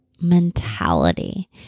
mentality